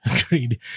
Agreed